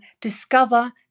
discover